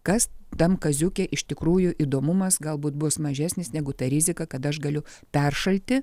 kas tam kaziuke iš tikrųjų įdomumas galbūt bus mažesnis negu ta rizika kad aš galiu peršalti